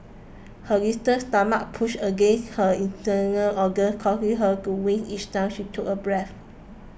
her distant stomach pushed against her internal organs causing her to wince each time she took a breath